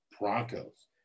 Broncos